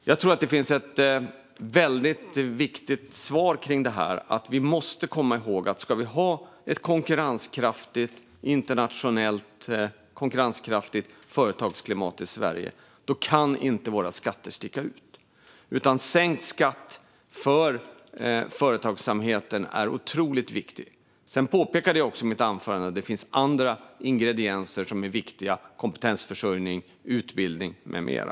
Jag tror att det finns ett väldigt viktigt svar kring det här, nämligen att vi måste komma ihåg att om ska vi ha ett internationellt konkurrenskraftigt företagsklimat i Sverige kan inte våra skatter sticka ut. Sänkt skatt för företagsamhet är otroligt viktigt. I mitt anförande påpekade jag även att det finns andra ingredienser som är viktiga, till exempel kompetensförsörjning, utbildning med mera.